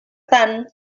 tant